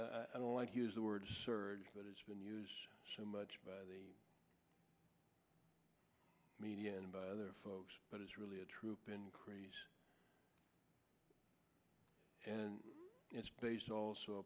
question i don't like use the word surge but it's been used so much by the media and by other folks but it's really a troop increase and it's based also